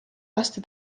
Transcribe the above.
lasta